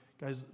guys